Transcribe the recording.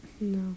No